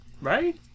Right